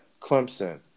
Clemson